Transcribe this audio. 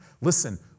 Listen